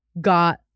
got